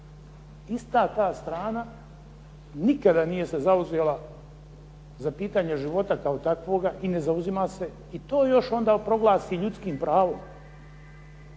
ista ta strana nikada nije se zauzela za pitanje života kao takvoga i ne zauzima se, i to još onda proglasi ljudskim pravom.